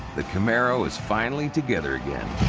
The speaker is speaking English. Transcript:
the camaro is finally together again.